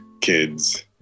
kids